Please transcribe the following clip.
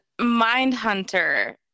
Mindhunter